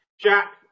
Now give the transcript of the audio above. Jack